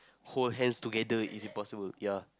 hold hands together is impossible ya